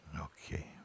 Okay